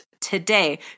today